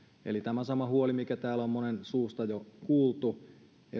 eli tämä on sama huoli mikä täällä on monen suusta jo kuultu